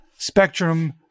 Spectrum